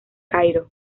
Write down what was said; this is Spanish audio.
cairo